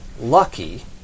lucky